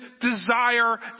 desire